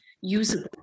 usable